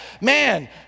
man